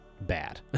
bad